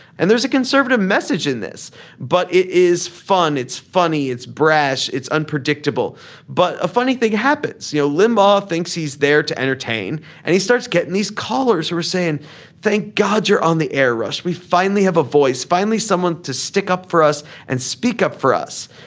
and there's a conservative message in this but it is fun it's funny it's brash it's unpredictable but a funny thing happens. you know limbaugh thinks he's there to entertain and he starts getting these callers who are saying thank god you're on the air rush. we finally have a voice. finally someone to stick up for us and speak up for us.